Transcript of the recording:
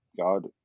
God